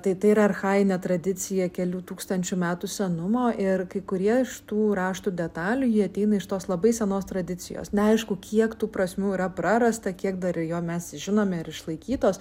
tai yra archajinė tradicija kelių tūkstančių metų senumo ir kai kurie iš tų raštų detalių jie ateina iš tos labai senos tradicijos neaišku kiek tų prasmių yra prarasta kiek dar jo mes žinome ir išlaikytos